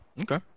Okay